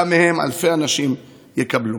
גם מהם אלפי אנשים יקבלו.